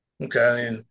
Okay